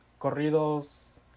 corridos